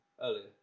earlier